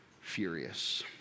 furious